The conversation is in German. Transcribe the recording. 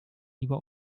lieber